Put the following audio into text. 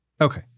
Okay